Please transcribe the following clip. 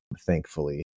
thankfully